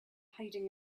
hiding